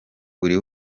buri